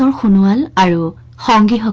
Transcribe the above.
one one hundred